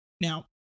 Now